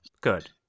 Good